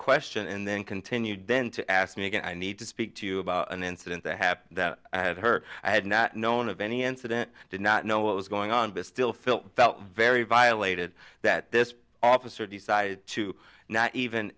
question and then continued then to ask me again i need to speak to you about an incident that happened that i had heard i had not known of any incident did not know what was going on but still felt felt very violated that this officer decided to not even